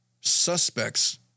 suspects